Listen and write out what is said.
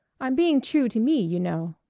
i'm being true to me, you know.